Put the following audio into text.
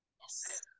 yes